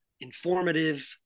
informative